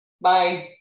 Bye